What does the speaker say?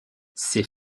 ses